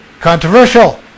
controversial